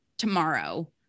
tomorrow